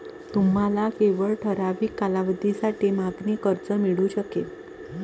तुम्हाला केवळ ठराविक कालावधीसाठी मागणी कर्ज मिळू शकेल